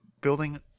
building